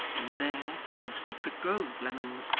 and there, in a secret grove of lemons,